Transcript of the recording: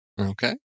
okay